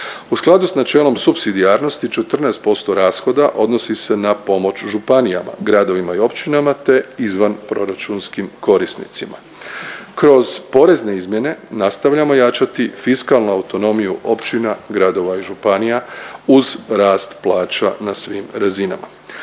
U skladu s načelom supsidijarnosti 14% rashoda odnosi se na pomoć u županijama, gradovima i općinama, te izvanproračunskim korisnicima. Kroz porezne izmjene nastavljamo jačati fiskalnu autonomiju općina, gradova i županija uz rast plaća na svim razinama.